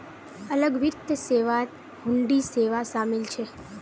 अलग वित्त सेवात हुंडी सेवा शामिल छ